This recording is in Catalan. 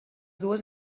dues